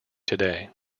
today